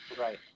right